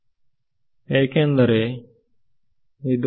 ವಿದ್ಯಾರ್ಥಿ ಏಕೆಂದರೆ ಇದು